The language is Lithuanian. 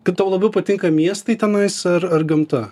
kad tau labiau patinka miestai tenais ar ar gamta